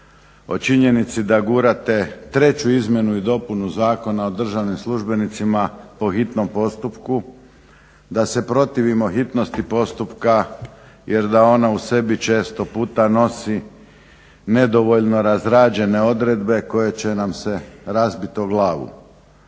o činjenici da gurate treću izmjenu i dopunu Zakona o državnim službenicima po hitnom postupku. Da se protivimo hitnosti postupka jer da ona u sebi često puta nosi nedovoljno razrađene odredbe koje će nam se razbit o glavu.